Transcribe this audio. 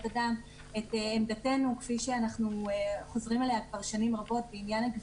אדם את עמדתנו כפי שאנחנו חוזרים עליה שנים רבות בכל הנוגע לגבייה.